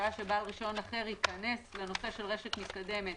משעה שבעל רישיון אחר ייכנס לנושא של רשת מתקדמת